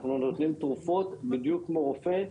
אנחנו נותנים תרופות בדיוק כמו רופא,